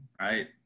right